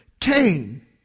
Cain